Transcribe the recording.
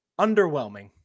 underwhelming